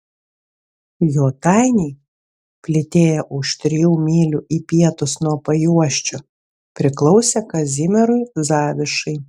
jotainiai plytėję už trijų mylių į pietus nuo pajuosčio priklausė kazimierui zavišai